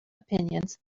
opinions